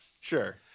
Sure